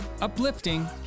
uplifting